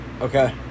Okay